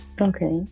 Okay